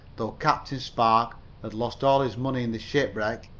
though captain spark had lost all his money in the shipwreck,